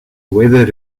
weather